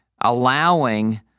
allowing